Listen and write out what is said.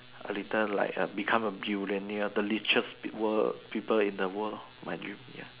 a little like a become a billionaire the richest world people in the world lor my dream ya